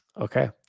Okay